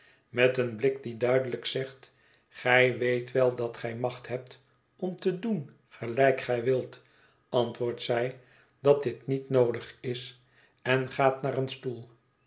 met een blik die duidelijk zegt gij weet wel dat gij macht hebt om te doen gelijk gij wilt antwoordt zij dat dit niet noodig is en gaat naar een stoel